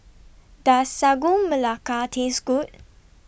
Does Sagu Melaka Taste Good